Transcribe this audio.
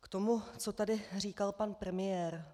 K tomu, co tady říkal pan premiér.